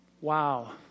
Wow